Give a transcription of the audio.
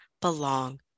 belong